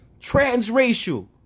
Transracial